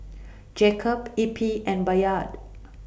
Jacob Eppie and Bayard